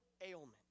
ailment